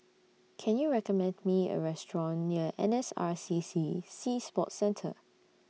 Can YOU recommend Me A Restaurant near N S R C C Sea Sports Centre